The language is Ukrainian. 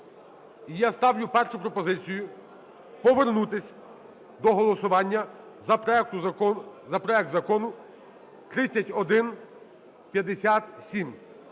я ставлю першу пропозицію повернутись до голосування за проект Закону 3157.